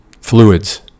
fluids